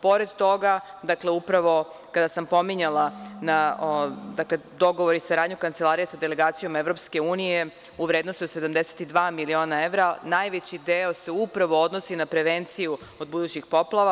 Pored toga, upravo kada sam pominjala dogovor i saradnju kancelarije sa delegacijom EU u vrednosti od 72 miliona evra, najveći deo se upravo odnosi na prevenciju od budućih poplava.